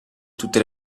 tutte